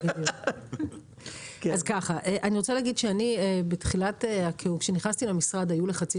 אני רוצה להגיד שעת נכנסתי למשרד היו לחצים